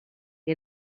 que